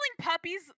puppies